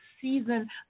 season